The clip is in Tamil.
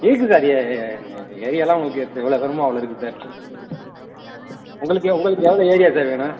இருக்குது சார் ஏரியாவெலாம் உங்களுக்கு எவ்வளோ வேணுமோ அவ்வளோ இருக்குது சார் உங்களுக்கு எவ் உங்களுக்கு எவ்வளோ ஏரியா சார் வேணும்